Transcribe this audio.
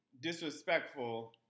disrespectful